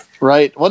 Right